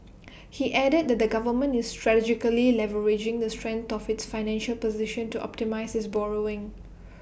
he added that the government is strategically leveraging the strength of its financial position to optimise its borrowing